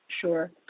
Sure